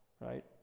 right